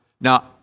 Now